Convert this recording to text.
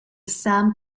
sam